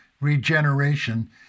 Regeneration